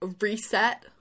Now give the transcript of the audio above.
reset